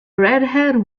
redhaired